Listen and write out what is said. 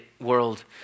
world